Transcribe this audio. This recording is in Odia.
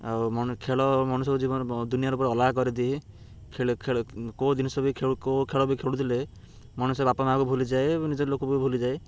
ଆଉ ଖେଳ ମଣିଷ ଜୀବନ ଦୁନିଆଁରୁ ପୁରା ଅଲଗା କରିଦିଏ କେଉଁ ଜିନିଷ ବି କେଉଁ ଖେଳ ବି ଖେଳୁଥିଲେ ମଣିଷ ବାପା ମାଆକୁ ଭୁଲିଯାଏ ନିଜର ଲୋକ ବି ଭୁଲିଯାଏ